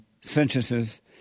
sentences